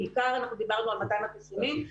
בעיקר אנחנו דיברנו על מתן החיסונים.